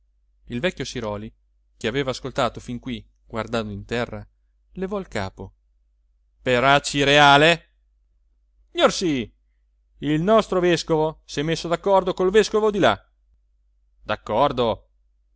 il vecchio siròli che aveva ascoltato fin qui guardando in terra levò il capo per acireale gnorsì il nostro vescovo s'è messo d'accordo col vescovo di là d'accordo